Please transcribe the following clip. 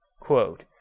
quote